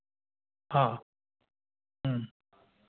हाँ